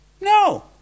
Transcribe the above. No